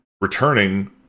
returning